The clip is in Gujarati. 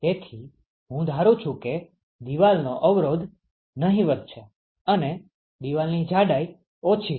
તેથી હું ધારું છુ કે દીવાલનો અવરોધ નહીવત છે અને દીવાલની જાડાઈ ઓછી છે